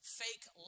fake